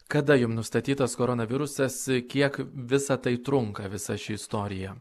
kada jum nustatytas koronavirusas kiek visa tai trunka visa ši istorija